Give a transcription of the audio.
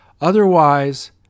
Otherwise